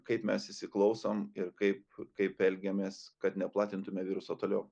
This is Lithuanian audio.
kaip mes įsiklausom ir kaip kaip elgiamės kad neplatintume viruso toliau